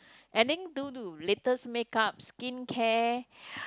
I think due to latest make-up skincare